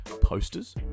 posters